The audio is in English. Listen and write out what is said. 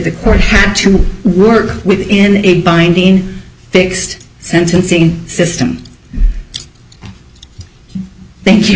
the court had to work within a binding fixed sentencing system thank you